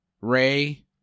Ray